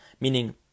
Meaning